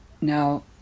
now